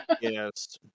Yes